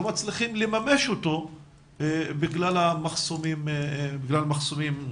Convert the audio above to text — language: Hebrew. מצליחים לממש אותו בגלל מחסומים מוסדיים,